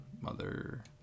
mother